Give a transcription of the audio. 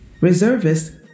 reservists